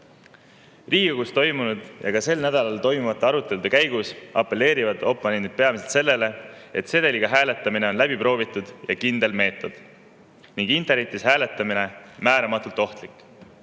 toimunud ja ka sel nädalal toimuvate arutelude käigus apelleerivad oponendid peamiselt sellele, et sedeliga hääletamine on läbi proovitud ja kindel meetod, kuid internetis hääletamine määramatult ohtlik.